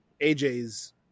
AJ's